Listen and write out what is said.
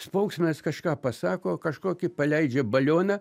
spauksmenas kažką pasako kažkokį paleidžia balioną